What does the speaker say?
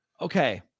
Okay